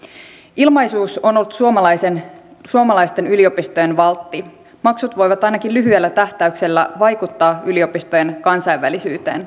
ilmaisuus on ollut suomalaisten suomalaisten yliopistojen valtti maksut voivat ainakin lyhyellä tähtäyksellä vaikuttaa yliopistojen kansainvälisyyteen